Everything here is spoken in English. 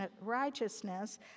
righteousness